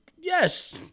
Yes